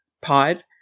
Pod